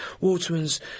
Waterman's